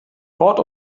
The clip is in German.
port